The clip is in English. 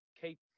keep